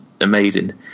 amazing